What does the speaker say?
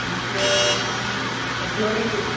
بیٚیہِ چھٕ ڈولِپِک